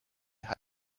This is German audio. hat